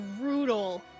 brutal